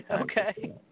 Okay